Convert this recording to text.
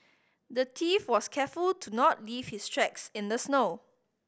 the thief was careful to not leave his tracks in the snow